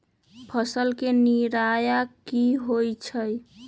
फसल के निराया की होइ छई?